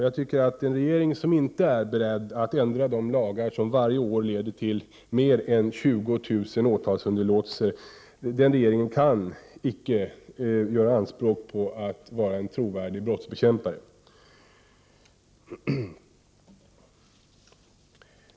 Jag tycker att en regering, som inte är beredd att ändra sådana lagar som varje år leder till mer än 20 000 åtalsunderlåtelser, inte kan göra anspråk på att vara en trovärdig brottsbekämpare.